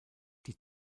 die